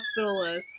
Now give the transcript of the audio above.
hospitalists